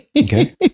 Okay